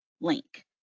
link